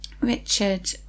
Richard